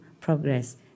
progress